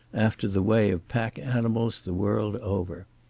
after the way of pack animals the world over.